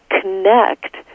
connect